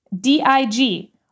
D-I-G